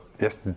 yes